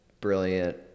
brilliant